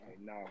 No